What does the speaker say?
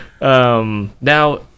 Now